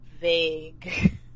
vague